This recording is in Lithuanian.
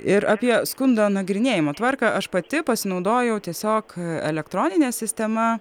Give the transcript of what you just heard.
ir apie skundo nagrinėjimo tvarką aš pati pasinaudojau tiesiog elektronine sistema